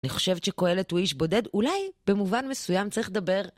אני חושבת שקהלת הוא איש בודד? אולי. במובן מסוים צריך לדבר.